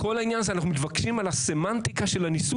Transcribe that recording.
בכל העניין הזה אנחנו מתווכחים על הסמנטיקה של הניסוח,